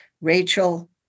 Rachel